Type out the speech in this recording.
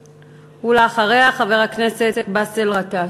ואחריה, חבר הכנסת באסל גטאס.